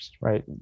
right